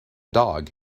dog